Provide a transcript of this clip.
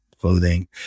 clothing